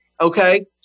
Okay